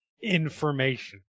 information